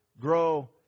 grow